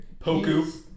Poku